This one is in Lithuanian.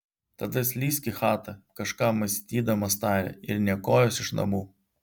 tada slysk į chatą kažką mąstydamas tarė ir nė kojos iš namų